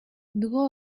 нөгөө